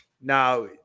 Now